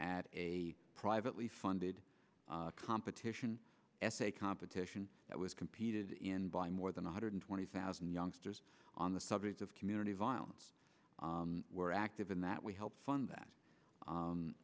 at a privately funded competition essay competition that was competed in by more than one hundred twenty thousand youngsters on the subject of community violence we're active in that we help fund that